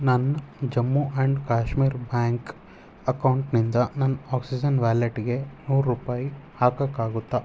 ನನ್ನ Jammu and Kashmir bank ಅಕೌಂಟ್ನಿಂದ ನನ್ನ ಆಕ್ಸಿಜೆನ್ ವ್ಯಾಲೆಟ್ಗೆ ನೂರು ರೂಪಾಯಿ ಹಾಕೋಕ್ಕಾಗುತ್ತಾ